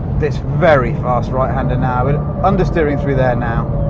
this very fast right-hander now, but understeering through there now.